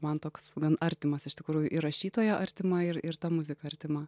man toks gan artimas iš tikrųjų ir rašytoja artima ir ir ta muzika artima